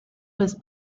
was